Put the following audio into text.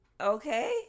Okay